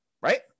right